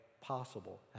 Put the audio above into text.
possible